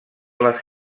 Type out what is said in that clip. les